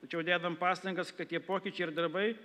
tačiau dedame pastangas kad tie pokyčiai ir darbai